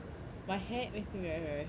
my hair makes me very very stress